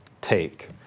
take